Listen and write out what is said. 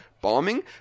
bombing